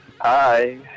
Hi